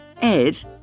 Ed